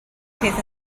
peth